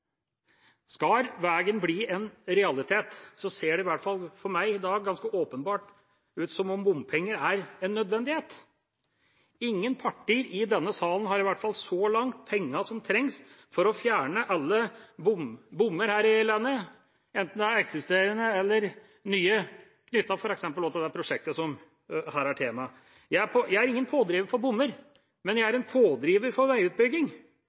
Skal veien bli en realitet, ser det i hvert fall for meg i dag ganske åpenbart ut som om bompenger er en nødvendighet. Ingen partier i denne salen har – i hvert fall ikke så langt – pengene som trengs for å fjerne alle bommer her i landet, enten det er eksisterende eller nye, f.eks. knyttet til det prosjektet som er tema her. Jeg er ingen pådriver for bommer, men jeg er en pådriver for veiutbygging.